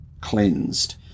cleansed